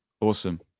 Awesome